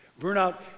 Burnout